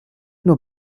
nur